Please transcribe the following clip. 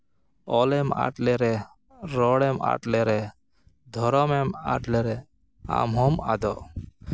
ᱚᱞ ᱞᱮᱢ ᱟᱫ ᱞᱮᱨᱮ ᱨᱚᱲ ᱮᱢ ᱟᱫ ᱞᱮᱨᱮ ᱫᱷᱚᱨᱚᱢ ᱮᱢ ᱟᱫ ᱞᱮᱨᱮ ᱟᱢ ᱦᱚᱸᱢ ᱟᱫᱚᱜ